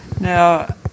Now